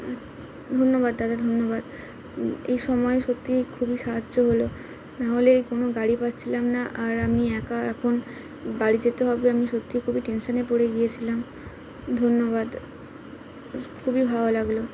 ধন্যবাদ দাদা ধন্যবাদ এই সময় সত্যিই খুবই সাহায্য হলো নাহলে কোনো গাড়ি পাচ্ছিলাম না আর আমি একা এখন বাড়ি যেতে হবে আমি সত্যিই খুবই টেনশানে পড়ে গিয়েছিলাম ধন্যবাদ খুবই ভালো লাগলো